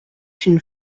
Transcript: une